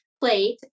plate